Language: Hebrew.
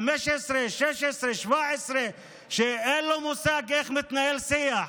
15, 16, 17, אין לו מושג איך מתנהל שיח,